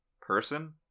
person